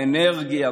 אנרגיה,